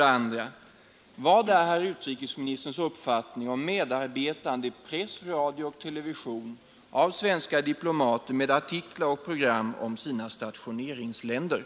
Mot bakgrund av vad jag här har anfört anhåller jag om kammarens tillstånd att till herr kommunikationsministern få rikta följande fråga: Vilken betydelse har meteorologiska överväganden vid beslut om förläggning av flygplatser?